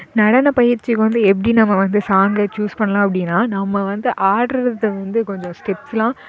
நடனம் பயிற்சிக்கு வந்து எப்படி நம்ம வந்து சாங் சூஸ் பண்ணலாம் அப்படினா நம்ம வந்து ஆடுறத வந்து கொஞ்சம் ஸ்டெப்ஸ்லாம்